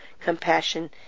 compassion